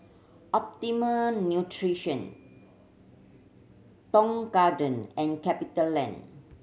Optimum Nutrition Tong Garden and CapitaLand